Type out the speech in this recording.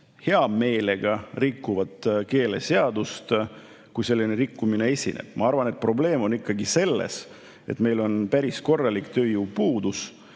hea meelega rikuvad keeleseadust, kui selline rikkumine esineb. Ma arvan, et probleem on ikkagi selles, et meil on päris korralik tööjõupuudus